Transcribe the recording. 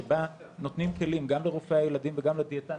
שבה נותנים כלים גם לרופאי הילדים וגם לדיאטניות,